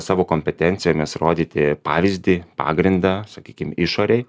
savo kompetencijomis rodyti pavyzdį pagrindą sakykim išorei